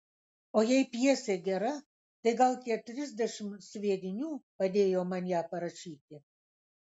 o jei pjesė gera tai gal tie trisdešimt sviedinių padėjo man ją parašyti